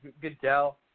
Goodell